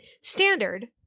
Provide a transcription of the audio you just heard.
standard